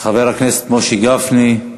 חבר הכנסת משה גפני.